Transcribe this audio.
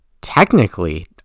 technically